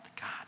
God